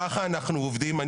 ככה אנחנו עובדים.